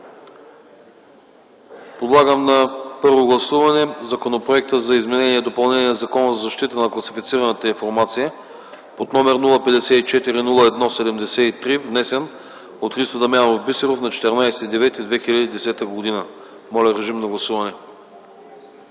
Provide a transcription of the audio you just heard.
Подлагам на първо гласуване Законопроекта за изменение и допълнение на Закона за защита на класифицираната информация под № 054-01-73, внесен от Христо Дамянов Бисеров на 14.09.2010 г. Гласували